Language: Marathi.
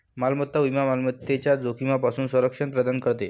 मालमत्ता विमा मालमत्तेच्या जोखमीपासून संरक्षण प्रदान करते